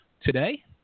Today